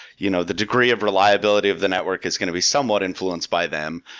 you know the degree of reliability of the network is going to be somewhat influenced by them,